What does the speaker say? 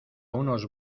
unos